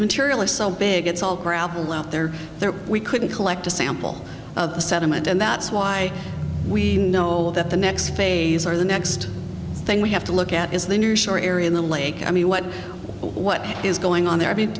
material is so big it's all proudly out there there we couldn't collect a sample of the sediment and that's why we know that the next phase or the next thing we have to look at is the new shower area in the lake i mean what what is going on there